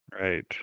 Right